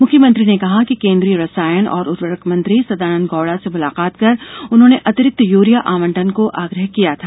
मुख्यमंत्री ने कहा है कि केन्द्रीय रसायन और ऊवर्रक मंत्री सदानंद गौड़ा से मुलाकात कर उन्होंने अतिरिक्त यूरिया आवंटन को आग्रह किया था